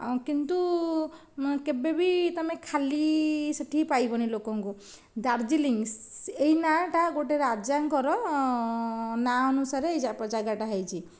କିନ୍ତୁ କେବେ ବି ତମେ ଖାଲି ସେହିଠି ପାଇବନି ଲୋକଙ୍କୁ ଡାର୍ଜିଲିଂ ଏହି ନାଁଟା ରାଜାଙ୍କର ନାଁ ଅନୁସାରେ ଏହି ଯାଗାଟା ହୋଇଛି